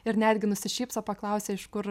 ir netgi nusišypso paklausia iš kur